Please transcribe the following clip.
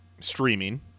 streaming